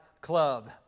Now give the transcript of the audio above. club